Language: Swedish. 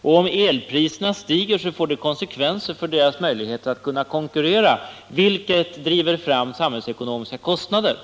och om elpriserna stiger får det konsekvenser för deras möjligheter att konkurrera, vilket medför samhällsekonomiska kostnader.